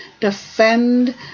defend